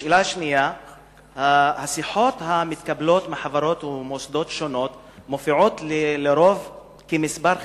2. השיחות המתקבלות מחברות ומוסדות שונים מופיעות לרוב כמספר חסוי,